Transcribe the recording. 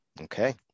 okay